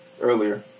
earlier